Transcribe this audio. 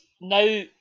now